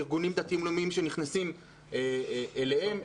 ארגונים דתיים-לאומיים שנכנסים אליהם,